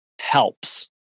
helps